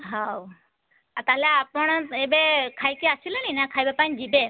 ହେଉ ଆଉ ତା'ହେଲେ ଆପଣ ଏବେ ଖାଇକି ଆସିଲେଣି ନା ଖାଇବା ପାଇଁ ଯିବେ